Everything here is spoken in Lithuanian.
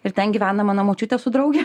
ir ten gyvena mano močiutė su drauge